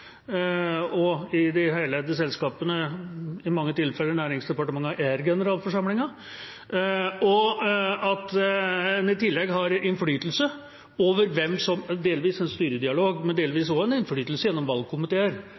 og i de heleide selskapene er i mange tilfeller Nærings- og fiskeridepartementet generalforsamlingen – og at en i tillegg har innflytelse, delvis gjennom styredialog, men også delvis gjennom valgkomiteer, over hvem som